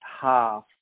half